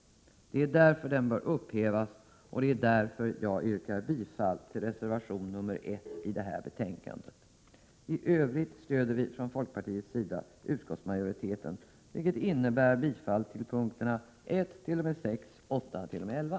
Den bör därför upphävas. Jag yrkar därför bifall till reservation nr 1 i föreliggande betänkande. I övrigt stöder vi från folkpartiets sida utskottsmajoriteten, vilket innebär bifall till punkerna 1 t.o.m. 6 och 8 t.o.m. 11.